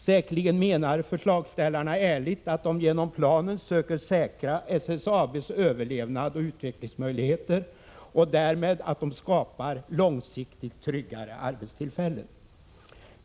Säkerligen menar förslagsställarna ärligt att de genom planeringen söker säkra SSAB:s överlevnad och utvecklingsmöjligheter och därmed att de skapar långsiktigt tryggade arbetstillfällen.